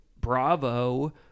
Bravo